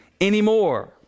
anymore